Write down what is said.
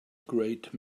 great